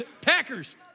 packers